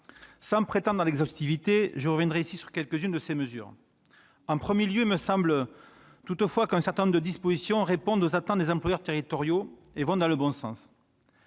Sans prétendre à l'exhaustivité, je reviendrai sur quelques-unes de ces mesures. En premier lieu, il me semble qu'un certain nombre de dispositions répondent aux attentes des employeurs territoriaux et vont dans le bon sens.